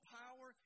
power